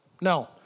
No